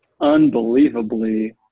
unbelievably